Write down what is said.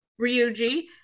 Ryuji